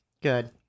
Good